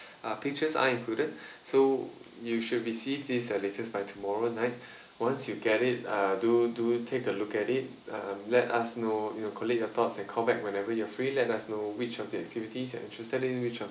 uh pictures are included so you should receive this latest by tomorrow night once you get it uh do do take a look at it uh let us know you know collate your thoughts and call back whenever you are free let us know which of the activities you are interested in which of